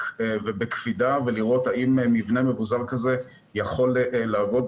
ובקפידה ולראות האם מבנה מבוזר כזה יכול לעבוד